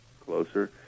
closer